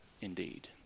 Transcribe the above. indeed